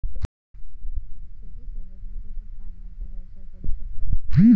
शेतीसोबत मी कुक्कुटपालनाचा व्यवसाय करु शकतो का?